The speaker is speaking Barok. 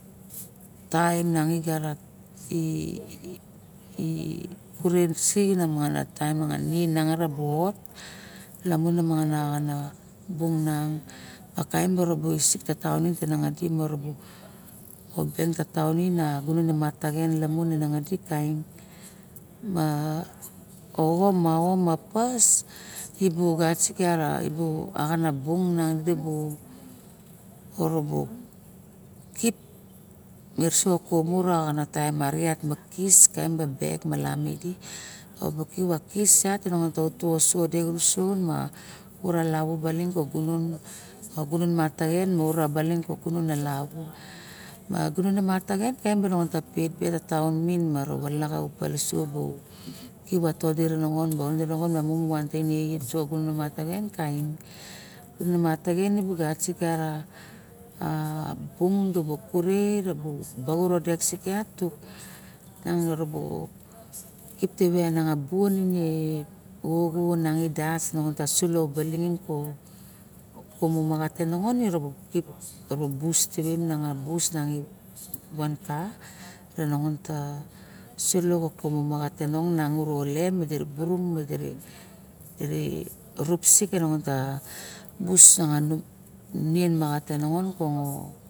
Taem miang i garat e kure visik a mangana tem miang urubu ot lamun na mangana bung mang ma kaim ibu kisik ka taon nim ka nangadi murubu kobeng ka taon bungim ke gunon e mataxen lamun e nongodi ma oxo ma ao ma pas dibu gatsi rabu axana bung nan dibu orobu kip mikisu xa kumu ma na taem arixen ba kis ma kaim ba bek lamidi obu kip kis yat te nongon taut tuoso ma ura lavu baling ka gunon ka u lavu ma gunon mataxen ma ura baling ka gunon u lavu ma gunon i mataxen kaim bara mongon pet bere xa taon men maro laxa maupet bulusu kip i todi re nongon me mu wan ka gunone mataxen di bu gat bara bung dibu kure ba ut a der yat tuk nang rurbu dik tive mianga kumu xoxo mengi das ko baling ko kumu maxat ke nongon di kip vustive mianga bus na vangra re nongon to sulo ka ve maxat te nongon nenge role iru buru menge bere rup sik ke nongon ka vus a nien maxat te nongon kongo.